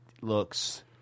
looks